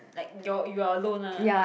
like your you are alone ah